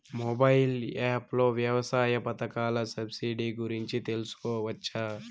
Mobile app లో వ్యవసాయ పథకాల సబ్సిడి గురించి తెలుసుకోవచ్చా?